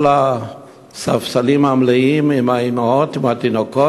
כל הספסלים מלאים עם אימהות עם תינוקות,